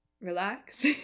relax